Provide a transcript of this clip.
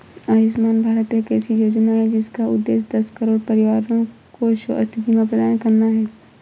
आयुष्मान भारत एक ऐसी योजना है जिसका उद्देश्य दस करोड़ परिवारों को स्वास्थ्य बीमा प्रदान करना है